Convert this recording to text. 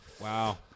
Wow